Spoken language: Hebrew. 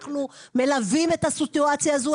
אנחנו מלווים את הסיטואציה הזו,